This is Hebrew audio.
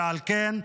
ועל כן,